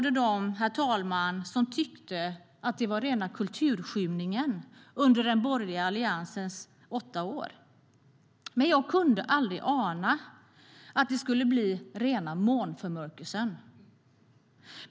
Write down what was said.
Jag tillhörde dem som tyckte att det var rena kulturskymningen under den borgerliga alliansens åtta år, men jag kunde aldrig ana att det skulle bli rena månförmörkelsen.